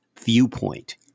Viewpoint